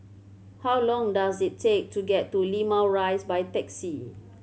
how long does it take to get to Limau Rise by taxi